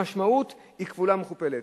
המשמעות היא כפולה ומכופלת.